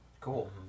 cool